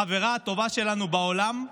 החברה הטובה שלנו בעולם,